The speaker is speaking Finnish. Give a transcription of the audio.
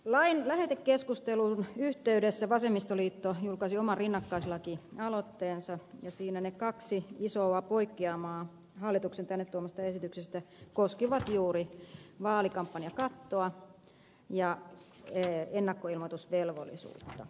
lain lähetekeskustelun yhteydessä vasemmistoliitto julkaisi oman rinnakkaislakialoitteensa ja siinä ne kaksi isoa poikkeamaa hallituksen tänne tuomasta esityksestä koskivat juuri vaalikampanjakattoa ja ennakkoilmoitusvelvollisuutta